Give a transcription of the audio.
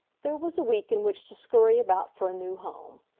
there was a week in which to scurry about for a new home.